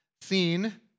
seen